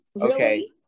Okay